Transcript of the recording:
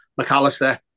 McAllister